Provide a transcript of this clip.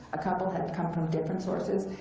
a couple had come from different sources.